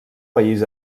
país